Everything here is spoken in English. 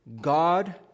God